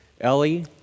Ellie